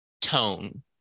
tone